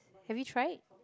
have we tried